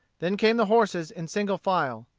then came the horses in single file.